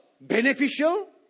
beneficial